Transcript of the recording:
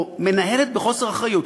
מנהלת בחוסר אחריות,